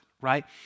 right